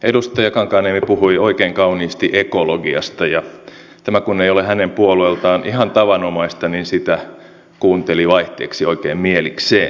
edustaja kankaanniemi puhui oikein kauniisti ekologiasta ja tämä kun ei ole hänen puolueeltaan ihan tavanomaista niin sitä kuunteli vaihteeksi oikein mielikseen